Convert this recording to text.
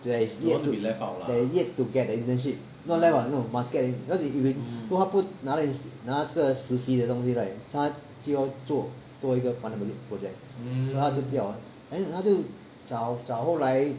that is yet that is yet to get the internship not left out no must get cause if you 他不拿拿那个实习的东西 right 他就要做多一个 final year project 所以他就不要 then 他就找找后来